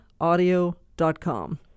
audio.com